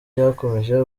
yakomeje